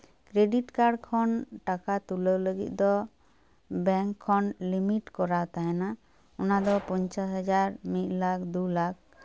credit card ᱠᱷᱚᱱ ᱴᱟᱠᱟ ᱛᱩᱞᱟᱹᱣ ᱞᱟᱹᱜᱤᱫ ᱫᱚ ᱵᱮᱝᱠ ᱠᱷᱚᱱ ᱞᱤᱢᱤᱴ ᱠᱚᱨᱟᱣ ᱛᱟᱦᱮᱱᱟ ᱚᱱᱟ ᱫᱚ ᱯᱚᱧᱪᱟᱥ ᱦᱟᱡᱟᱨ ᱢᱤᱫ ᱞᱟᱠᱷ ᱫᱩ ᱞᱟᱠᱷ